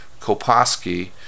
Koposki